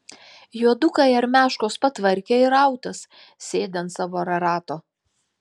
juodukai armiaškos patvarkė ir autas sėdi ant savo ararato